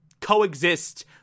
coexist